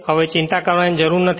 હવે ચિંતા કરવાની જરૂર નથી